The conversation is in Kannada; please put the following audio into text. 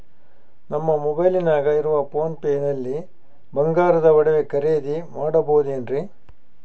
ನಮ್ಮ ಮೊಬೈಲಿನಾಗ ಇರುವ ಪೋನ್ ಪೇ ನಲ್ಲಿ ಬಂಗಾರದ ಒಡವೆ ಖರೇದಿ ಮಾಡಬಹುದೇನ್ರಿ?